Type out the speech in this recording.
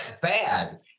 bad